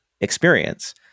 experience